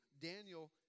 Daniel